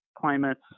climates